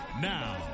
Now